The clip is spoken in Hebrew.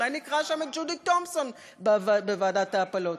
אולי נקרא שם את ג'ודי תומפסון, בוועדת ההפלות.